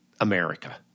America